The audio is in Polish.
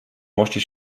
moście